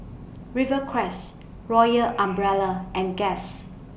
Rivercrest Royal Umbrella and Guess